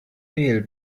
mail